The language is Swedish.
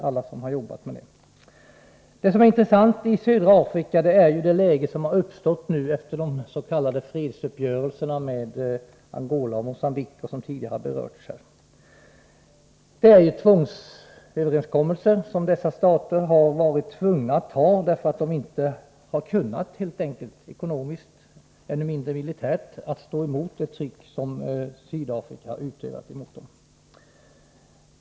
Det som är intressant när det gäller södra Afrika är ju det läge som uppstått efter de s.k. fredsuppgörelserna med Angola och Mogambique, något som tidigare berörts här i debatten. Det är tvångsöverenskommelser som dessa stater varit tvungna till, därför att de helt enkelt inte kunnat — vare sig ekonomiskt eller, ännu mindre, militärt — stå emot det tryck som Sydafrika utövar på dem.